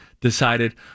decided